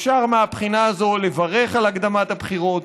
אפשר מהבחינה הזו לברך על הקדמת הבחירות